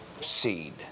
seed